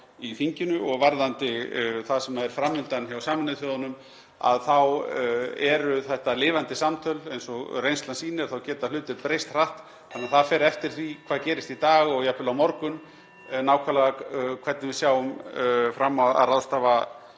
í þinginu. Og varðandi það sem er fram undan hjá Sameinuðu þjóðunum þá eru þetta lifandi samtöl og eins og reynslan sýnir geta hlutir breyst hratt þannig að það fer eftir því hvað gerist í dag og jafnvel á morgun nákvæmlega hvernig við sjáum fram á að ráðstafa